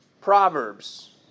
Proverbs